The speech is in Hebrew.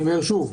אני אומר שוב,